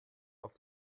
auf